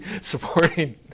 supporting